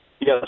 Yes